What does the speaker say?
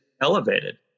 elevated